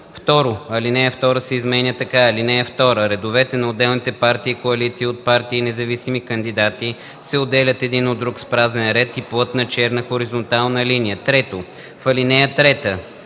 2. Алинея 2 се изменя така: „(2) Редовете на отделните партии, коалиции от партии и независими кандидати се отделят един от друг с празен ред и плътна черна хоризонтална линия.” 3. В ал. 3: а)